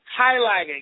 highlighting